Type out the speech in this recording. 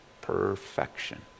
Perfection